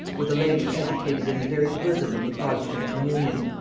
with a lady educated in the very bosom of the protestant communion.